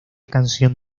canción